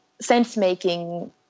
sense-making